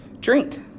Drink